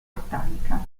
britannica